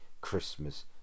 christmas